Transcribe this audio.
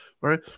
Right